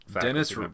dennis